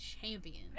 champion